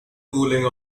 cooling